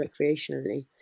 recreationally